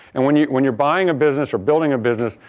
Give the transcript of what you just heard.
and when you're when you're buying a business or building a business,